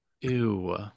Ew